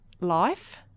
life